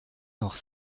noch